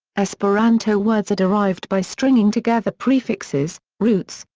esperanto words are derived by stringing together prefixes, roots,